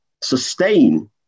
sustain